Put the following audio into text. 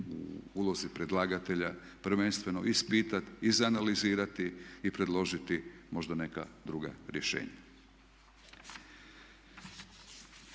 ulozi predlagatelja prvenstveno ispitati, izanalizirati i predložiti možda neka druga rješenja.